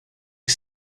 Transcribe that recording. que